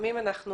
לפעמים אנחנו